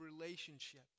relationship